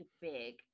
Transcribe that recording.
big